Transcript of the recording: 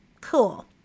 Cool